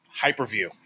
Hyperview